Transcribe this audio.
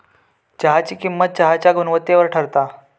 चहाची किंमत चहाच्या गुणवत्तेवर ठरता